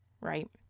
right